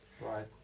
Right